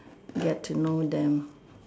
get to know them